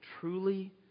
Truly